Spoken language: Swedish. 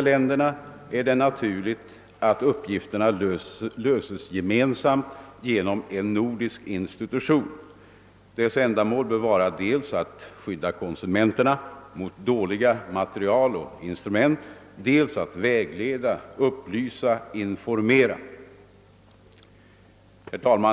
länderna, är det naturligt att uppgifterna löses gemensamt genom en nordisk institution. Dess ändamål bör vara dels att skydda konsumenterna mot dåliga material och instrument, dels att: vägleda, upplysa och informera. Herr talman!